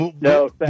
No